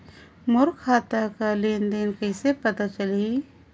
मोर खाता कर लेन देन कइसे पता चलही?